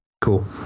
Cool